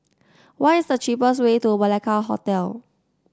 what is the cheapest way to Malacca Hotel